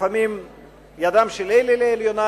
לפעמים ידם של אלה על העליונה,